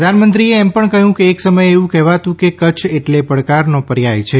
પ્રધાનમંત્રીશ્રી એ કહ્યું કે એક સમયે એવુ કહેવાતું કે કચ્છ એટલે પડકારનો પર્યાય છે